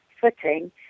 footing